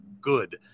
good